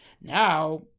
Now